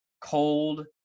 cold